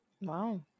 Wow